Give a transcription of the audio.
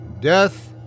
Death